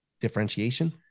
differentiation